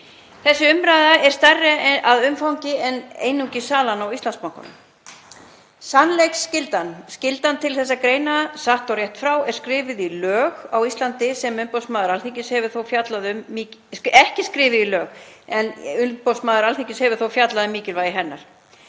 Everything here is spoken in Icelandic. Þessi umræða er stærri að umfangi en einungis salan á Íslandsbanka. Sannleiksskyldan, skyldan til að greina satt og rétt frá, er ekki skrifuð í lög á Íslandi en umboðsmaður Alþingis hefur þó fjallað um mikilvægi hennar.